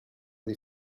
des